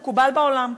כמקובל בעולם,